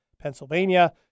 Pennsylvania